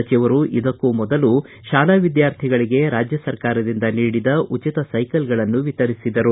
ಸಚಿವರು ಇದಕ್ಕೂ ಮೊದಲು ಶಾಲಾ ವಿದ್ವಾರ್ಥಿಗಳಿಗೆ ರಾಜ್ಯ ಸರಕಾರದಿಂದ ನೀಡಿದ ಉಚಿತ ಸೈಕಲ್ಗಳನ್ನು ವಿತರಿಸಿದರು